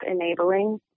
enabling